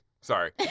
Sorry